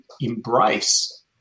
embrace